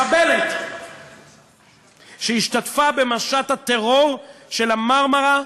מחבלת שהשתתפה במשט הטרור של ה"מרמרה",